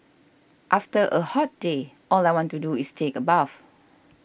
after a hot day all I want to do is take a bath